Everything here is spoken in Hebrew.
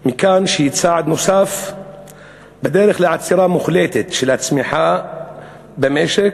מכאן שהיא צעד נוסף בדרך לעצירה מוחלטת של הצמיחה במשק